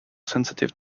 sensitive